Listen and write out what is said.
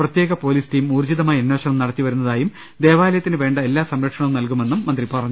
പ്രത്യേക police team ഊർജ്ജിതമായി അന്വേ ഷണം നടത്തി വരുന്നതായും ദേവാലയത്തിന് വേണ്ട എല്ലാ സംരക്ഷണവും നൽകു മെന്നും അദ്ദേഹം പറഞ്ഞു